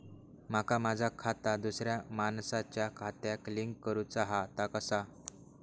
माका माझा खाता दुसऱ्या मानसाच्या खात्याक लिंक करूचा हा ता कसा?